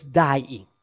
dying